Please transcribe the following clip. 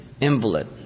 invalid